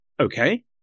Okay